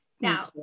Now